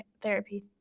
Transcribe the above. therapy